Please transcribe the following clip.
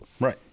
right